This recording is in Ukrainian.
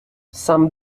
сам